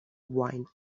wine